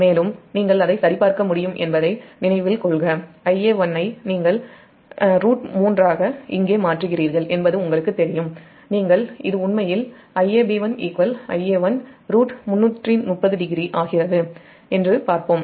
மேலும் நீங்கள் அதை சரிபார்க்க முடியும் என்பதை நினைவில் கொள்க Ia1√3∟300 இங்கே மாற்றுகிறீர்கள் என்பது உங்களுக்குத் தெரியும் இது உண்மையில் Iab1 Ia1√3300 ஆகிறது என்று பார்ப்போம்